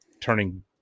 turning